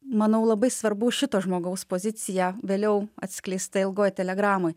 manau labai svarbu šito žmogaus pozicija vėliau atskleista ilgoj telegramoj